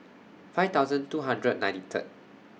five thousand two hundred ninety Third